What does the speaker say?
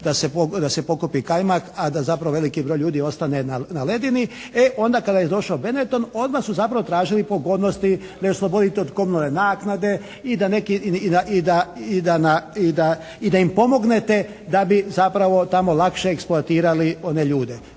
da se pokupi kajmak a da zapravo veliki broj ljudi ostane na ledini. E onda kada je došao Bennetton odmah su zapravo tražili pogodnosti. Da ih oslobodite od komunalne naknade i da neki, i da, i da im pomognete da bi zapravo tamo lakše eksploatirali one ljude.